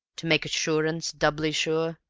to make assurance doubly sure